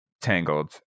Tangled